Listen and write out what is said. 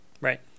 Right